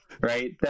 right